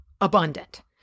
abundant